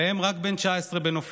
ראם רק בן 19 בנופלו.